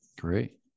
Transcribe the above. Great